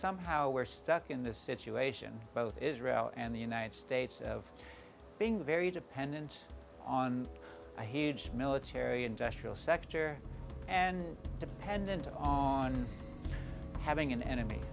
somehow we're stuck in this situation both israel and the united states of being very dependent on a huge military industrial sector and dependent on having an enemy